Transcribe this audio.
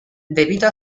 debido